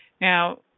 now